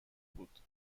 بود